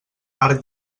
arc